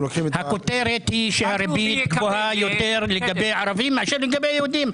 הכותרת היא שהריבית גבוהה יותר לגבי ערבים מאשר לגבי יהודים.